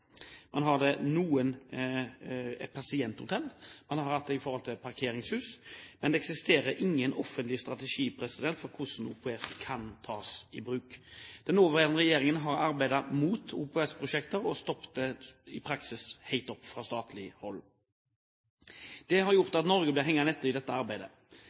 man har det ved et pasienthotell, og man har hatt det ved parkeringshus, men det eksisterer ingen offentlig strategi for hvordan OPS kan tas i bruk. Den nåværende regjeringen har arbeidet mot OPS-prosjekter. I praksis er de stoppet helt opp fra statlig hold. Det har gjort at Norge er blitt hengende etter i dette arbeidet.